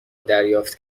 دریافت